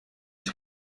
cye